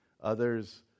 Others